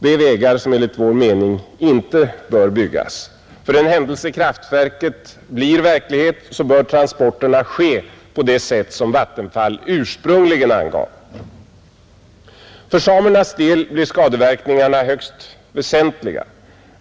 Det är vägar som enligt vår mening inte bör byggas. För den händelse kraftverket blir verklighet bör transporterna ske på det sätt som Vattenfall ursprungligen angav. För samernas del blir skadeverkningarna högst väsentliga.